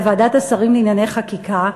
לוועדת השרים לענייני חקיקה,